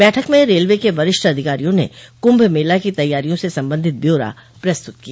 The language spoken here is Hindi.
बैठक में रेलवे के वरिष्ठ अधिकारियों ने कुंभ मेला की तैयारियों से संबंधित ब्यौरा प्रस्तुत किया